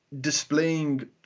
displaying